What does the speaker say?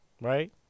Right